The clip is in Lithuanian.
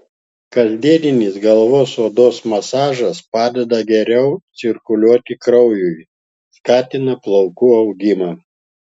kasdieninis galvos odos masažas padeda geriau cirkuliuoti kraujui skatina plaukų augimą